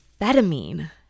amphetamine